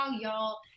y'all